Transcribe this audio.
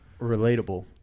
Relatable